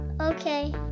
Okay